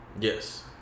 Yes